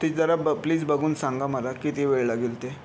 ते जरा ब प्लीज बघून सांगा मला किती वेळ लागेल ते